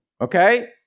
Okay